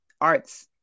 arts